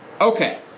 okay